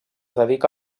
dedica